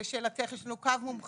לשאלתך, יש לנו קו מומחים